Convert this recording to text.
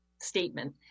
statement